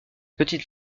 petite